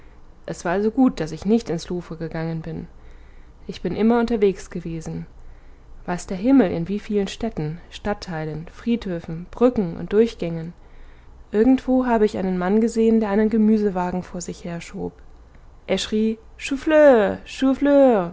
es war also gut daß ich nicht ins louvre gegangen bin ich bin immer unterwegs gewesen weiß der himmel in wie vielen städten stadtteilen friedhöfen brücken und durchgängen irgendwo habe ich einen mann gesehen der einen gemüsewagen vor sich herschob er schrie